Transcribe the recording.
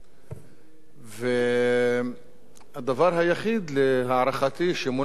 והדבר היחיד להערכתי שמונע זאת זה האקלים